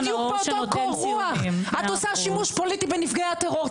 בדיוק באותו קור-רוח את עושה שימוש פוליטי בנפגעי הטרור.